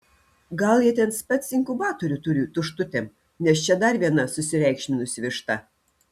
gal jie ten spec inkubatorių turi tuštutėm nes čia dar viena susireikšminusi višta